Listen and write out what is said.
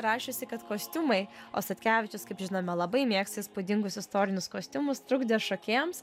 rašiusi kad kostiumai o statkevičius kaip žinome labai mėgsta įspūdingus istorinius kostiumus trukdė šokėjoms